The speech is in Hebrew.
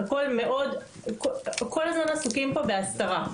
הכל מאוד, כל הזמן עסוקים פה בהסתרה.